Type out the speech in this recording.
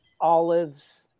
olives